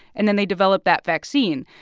and then they develop that vaccine.